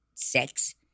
Sex